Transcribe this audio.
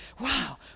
wow